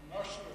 ממש לא.